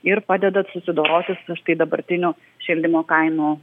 ir padeda susidoroti su štai dabartiniu šildymo kainų